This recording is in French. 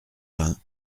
vingt